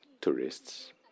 tourists